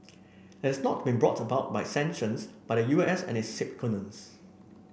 has not been brought about by sanctions by the U S and its sycophants